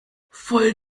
voll